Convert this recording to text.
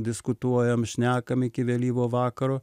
diskutuojam šnekam iki vėlyvo vakaro